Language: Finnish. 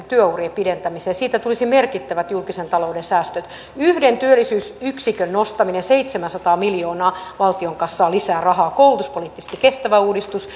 työurien pidentämiseen siitä tulisi merkittävät julkisen talouden säästöt yhden työllisyysyksikön nostaminen seitsemänsataa miljoonaa valtion kassaan lisää rahaa olisi koulutuspoliittisesti kestävä uudistus